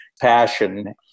passion